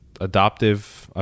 adoptive